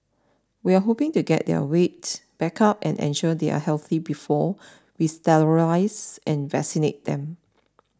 we are hoping to get their weight back up and ensure they are healthy before we sterilise and vaccinate them